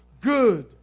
good